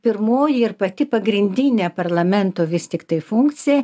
pirmoji ir pati pagrindinė parlamento vis tiktai funkcija